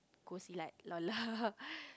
go see like